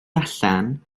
allan